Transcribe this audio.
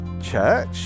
church